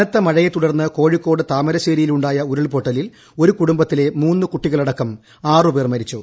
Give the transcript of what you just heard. കനത്ത മഴയെ തുടർന്ന് കോഴിക്കോട് താമരശ്ശേരിയിലുണ്ടായ ഉരുൾപൊട്ടലിൽ ഒരു കുടുംബത്തിലെ മൂന്നുകുട്ടികളടക്കം ആറുപേർ മരിച്ചു